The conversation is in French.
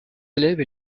élèves